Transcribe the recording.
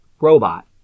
robot